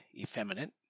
effeminate